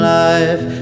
life